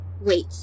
Wait